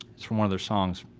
it's from one of their songs.